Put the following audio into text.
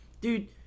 Dude